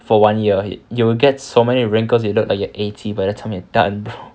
for one year you will get so many wrinkles you'll look like you are eighty by the time you're done bro